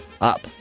up